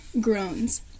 groans